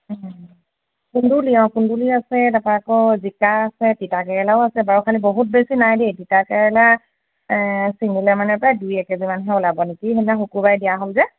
কুন্দুলি অঁ কুন্দুলি আছে তাৰপৰা আকৌ জিকা আছে তিতা কেৰেলাও আছে বাৰু খালি বহুত বেছি নাই দেই তিতাকেৰেলা ছিঙিলে মানে প্ৰায় দুই এক কেজিমানহে ওলাব নেকি সেইদিনা শুকুৰবাৰে দিয়া হ'ল যে